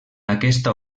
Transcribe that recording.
aquesta